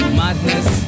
madness